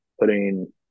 putting